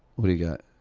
what do you got?